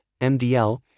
MDL